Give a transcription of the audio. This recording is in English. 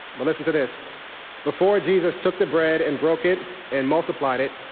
but listen to this before jesus took the bread and broke it and multiplied it,